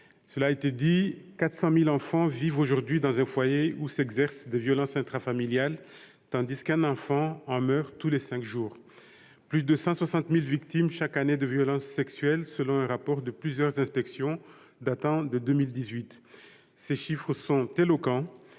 chers collègues, 400 000 enfants vivent aujourd'hui dans un foyer où s'exercent des violences intrafamiliales, et un enfant en meurt tous les cinq jours. Par ailleurs, plus de 160 000 enfants sont victimes chaque année de violences sexuelles, selon un rapport de plusieurs inspections datant de 2018. Ces chiffres sont éloquents,